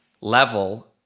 level